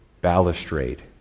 balustrade